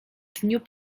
dniu